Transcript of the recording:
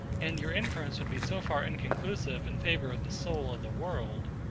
and your inference would be so far inconclusive in favour of the soul of the world.